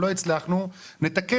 לא הצלחנו נתקן.